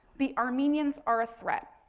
the armenians are a threat.